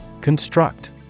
Construct